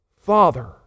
Father